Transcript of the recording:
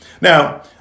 Now